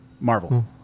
marvel